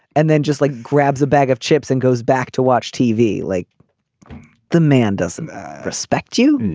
and then just like grabs a bag of chips and goes back to watch tv. like the man doesn't respect you.